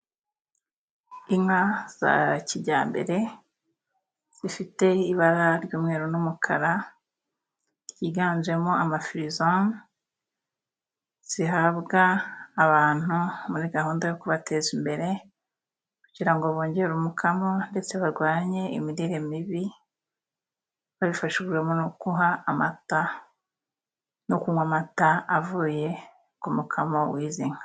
Inka za kijyambere, zifite ibara ry'umweru n'umukara, ryiganjemo amafirizomu, zihabwa abantu muri gahunda yo kubateza imbere, kugira ngo bongere umukamo, ndetse barwanye imirire mibi, babifashijwemo no kunywa amata, no kunywa amata avuye kumukamo wizi nka.